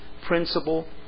principle